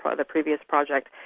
ah the previous project,